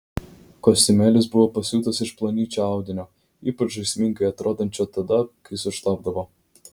kostiumėlis buvo pasiūtas iš plonyčio audinio ypač žaismingai atrodančio tada kai sušlapdavo